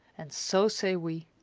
and so say we.